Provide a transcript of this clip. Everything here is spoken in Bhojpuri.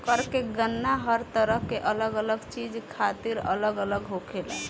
कर के गणना हर तरह के अलग अलग चीज खातिर अलग अलग होखेला